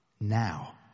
now